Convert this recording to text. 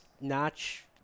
notch